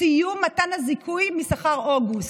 סיום מתן הזיכוי משכר אוגוסט.